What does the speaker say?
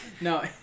No